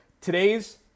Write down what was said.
Today's